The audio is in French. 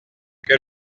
que